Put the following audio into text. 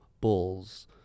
bulls